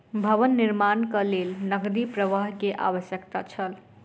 भवन निर्माणक लेल नकदी प्रवाह के आवश्यकता छल